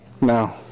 No